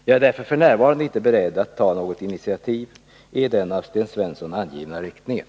Jag är därför f. n. inte beredd att ta något initiativ i den av Sten Svensson angivna riktningen.